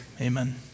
amen